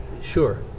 Sure